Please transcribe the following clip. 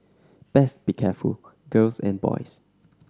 best be careful girls and boys